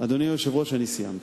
אדוני היושב-ראש, אני סיימתי.